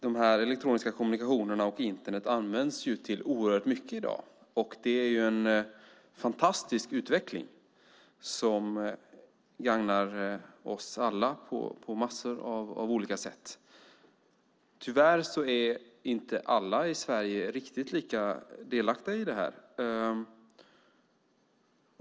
De elektroniska kommunikationerna och Internet används till oerhört mycket i dag, och det är en fantastisk utveckling, som gagnar oss alla på massor av olika sätt. Tyvärr är inte alla i Sverige lika delaktiga i det här.